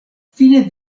fine